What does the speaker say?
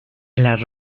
las